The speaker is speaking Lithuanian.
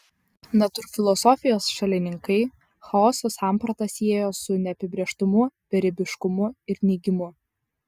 natūrfilosofijos šalininkai chaoso sampratą siejo su neapibrėžtumu beribiškumu ir neigimu